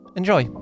enjoy